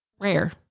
rare